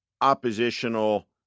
oppositional